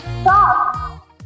Stop